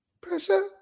pressure